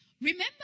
remember